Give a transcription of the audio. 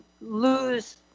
lose